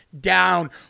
down